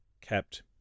kept